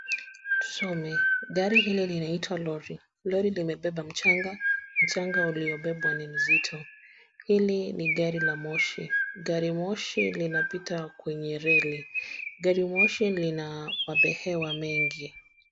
Tusome. Gari hili linaitwa lori, lori limebeba mchanga, mchanga uliobebwa ni mzito. Hili ni gari la moshi, gari moshi linapita kwenye reli. Gari moshi lina mabehewa mengi.